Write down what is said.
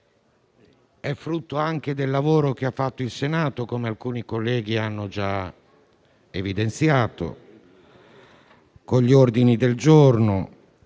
è frutto anche del lavoro fatto dal Senato, come alcuni colleghi hanno già evidenziato. Con gli ordini del giorno